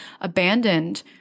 abandoned